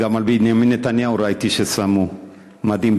גם על בנימין נתניהו ראיתי ששמו מדים,